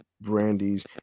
Brandy's